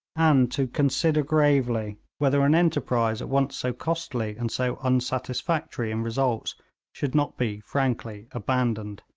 and to consider gravely whether an enterprise at once so costly and so unsatisfactory in results should not be frankly abandoned.